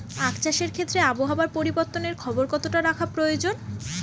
আখ চাষের ক্ষেত্রে আবহাওয়ার পরিবর্তনের খবর কতটা রাখা প্রয়োজন?